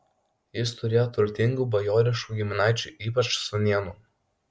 jis turėjo turtingų bajoriškų giminaičių ypač sūnėnų